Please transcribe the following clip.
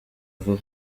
vuba